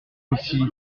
aussi